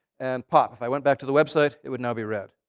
and pop. if i went back to the website, it would now be red.